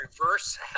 Reverse